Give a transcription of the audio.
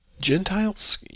Gentiles